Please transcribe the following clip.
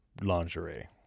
lingerie